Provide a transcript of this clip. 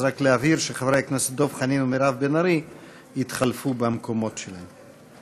אז רק להבהיר שחברי הכנסת דב חנין ומירב בן ארי התחלפו במקומות שלהם.